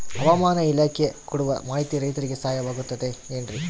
ಹವಮಾನ ಇಲಾಖೆ ಕೊಡುವ ಮಾಹಿತಿ ರೈತರಿಗೆ ಸಹಾಯವಾಗುತ್ತದೆ ಏನ್ರಿ?